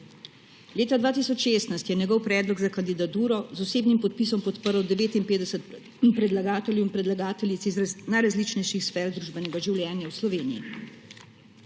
Leta 2016 je njegov predlog za kandidaturo s osebnim podpisom podprl 59 predlagateljev in predlagateljic iz najrazličnejših sfer družbenega življenja v Sloveniji.